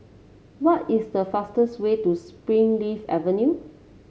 what is the fastest way to Springleaf Avenue